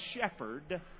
shepherd